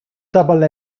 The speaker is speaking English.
double